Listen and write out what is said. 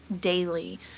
daily